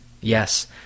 Yes